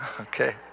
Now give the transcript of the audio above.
okay